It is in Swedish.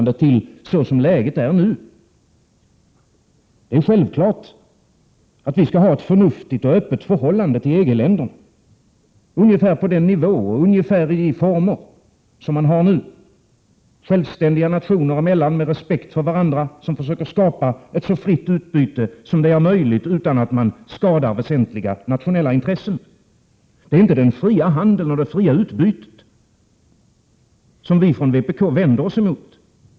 Det är självklart att vi skall ha ett förnuftigt och öppet förhållande till EG-länderna, ungefär på den nivå och i de former som vi har nu. Självständiga nationer, som har respekt för varandra, försöker skapa ett så fritt utbyte som möjligt, utan att skada väsentliga nationella intressen. Det är inte den fria handeln och det fria utbytet som vi från vpk vänder oss emot.